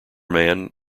man